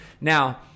Now